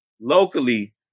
locally